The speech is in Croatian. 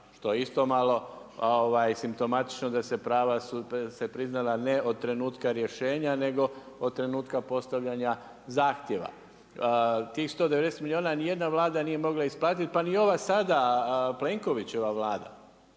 što je isto malo simptomatično da su se prava priznala ne od trenutka rješenja nego od trenutka postavljanja zahtjeva. Tih 190 milijuna niti jedna Vlada nije mogla isplatiti pa ni ova sada Plenkovićeva Vlada